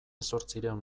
zortziehun